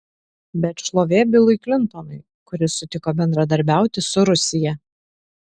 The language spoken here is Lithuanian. bet šlovė bilui klintonui kuris sutiko bendradarbiauti su rusija